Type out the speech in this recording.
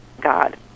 god